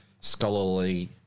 scholarly